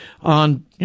on